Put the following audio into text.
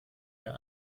der